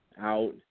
out